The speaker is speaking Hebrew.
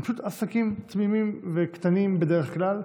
הם פשוט עסקים תמימים וקטנים בדרך כלל,